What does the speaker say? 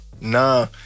nah